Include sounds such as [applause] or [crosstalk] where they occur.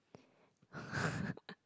[laughs]